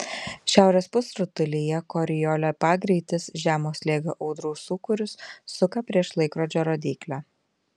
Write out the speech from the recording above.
šiaurės pusrutulyje koriolio pagreitis žemo slėgio audrų sūkurius suka prieš laikrodžio rodyklę